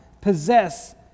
possess